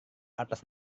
atas